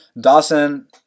Dawson